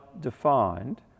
defined